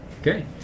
Okay